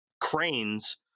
cranes